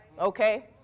okay